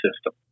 system